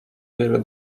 wiele